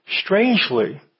Strangely